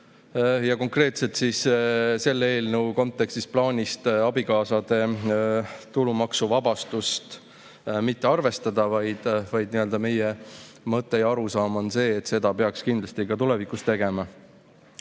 ja konkreetselt selle eelnõu kontekstis plaanist abikaasade tulumaksuvabastust mitte arvestada. Meie mõte ja arusaam on see, et seda peaks kindlasti ka tulevikus